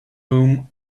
whom